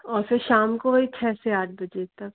और फिर शाम को वही छः से आठ बजे तक